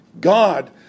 God